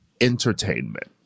entertainment